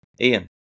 Ian